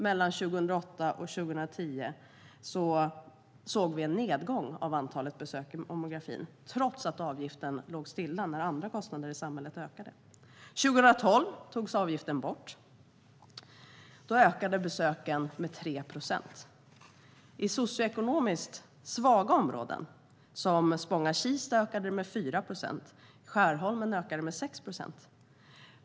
Mellan 2008 och 2010 såg vi en nedgång av antalet besök på mammografin trots att avgiften låg stilla när andra kostnader i samhället ökade. 2012 togs avgiften bort. Då ökade besöken med 3 procent. I socioekonomiskt svaga områden som Spånga-Kista ökade de med 4 procent. I Skärholmen ökade de med 6 procent.